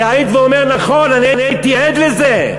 יעיד ויאמר: נכון, אני הייתי עד לזה.